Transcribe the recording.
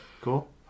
cool